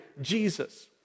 Jesus